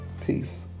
Peace